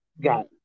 got